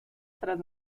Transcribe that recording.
tras